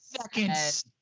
seconds